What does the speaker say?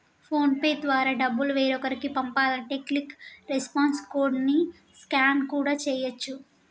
phone pay ద్వారా డబ్బులు వేరొకరికి పంపాలంటే క్విక్ రెస్పాన్స్ కోడ్ ని స్కాన్ కూడా చేయచ్చు